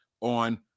on